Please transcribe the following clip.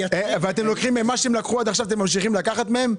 את מה שהם לקחו עד עכשיו אתם ממשיכים לקחת מהם?